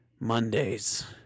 Mondays